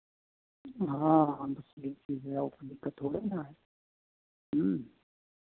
हाँ हाँ बस यही चीज़ है और कोई दिक्कत थोड़े ना है